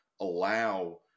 allow